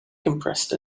compressed